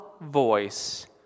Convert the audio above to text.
voice